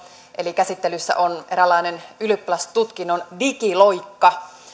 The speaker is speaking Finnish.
eli käsittelyssä on eräänlainen ylioppilastutkinnon digiloikka